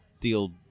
deal